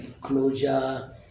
closure